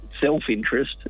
self-interest